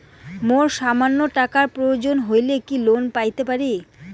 মোর সামান্য টাকার প্রয়োজন হইলে কি লোন পাইতে পারি?